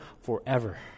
forever